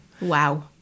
wow